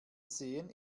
sehen